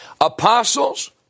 apostles